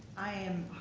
i am